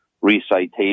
recitation